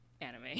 anime